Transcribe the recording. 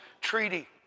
treaty